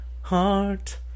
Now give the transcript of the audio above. heart